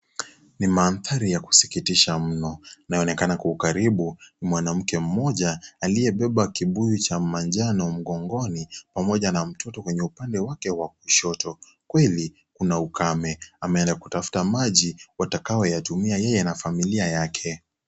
Ni mandhari ya kusikitisha mno. Inaonekana kwa ukaribu kuna mwanamke mmoja aliyebeba kibuyu cha manjano mgongoni pamoja na mtoto kwenye upande wake wa kushoto. Kweli kuna ukame. Ameenda kutafuta maji watakayo tumia yeye na familia yake.